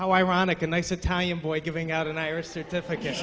how ironic a nice italian boy giving out and i are certificate